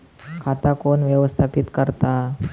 खाता कोण व्यवस्थापित करता?